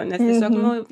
nes tiesiog nu